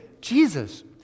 Jesus